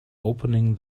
opening